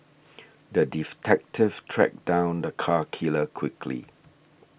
the tracked down the cat killer quickly